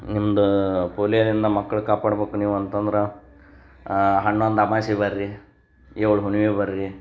ನಿಮ್ದು ಪೋಲಿಯೊದಿಂದ ಮಕ್ಳು ಕಾಪಾಡ್ಬೇಕ್ ನೀವು ಅಂತಂದ್ರೆ ಹನ್ನೊಂದು ಅಮಾಸೆ ಬನ್ರಿ ಏಳು ಹುಣ್ಮೆ ಬನ್ರಿ